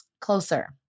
closer